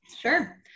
Sure